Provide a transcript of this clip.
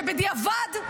שבדיעבד,